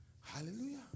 Hallelujah